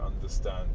understand